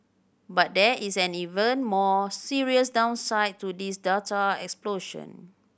but there is an even more serious downside to this data explosion